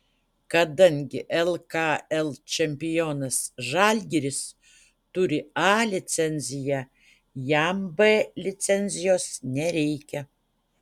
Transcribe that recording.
kadangi lkl čempionas žalgiris turi a licenciją jam b licencijos nereikia